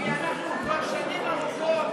כי אנחנו כבר שנים ארוכות,